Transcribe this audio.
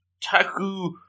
Taku